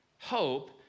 Hope